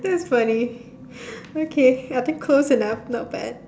it's funny okay I think close enough not bad